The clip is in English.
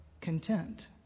content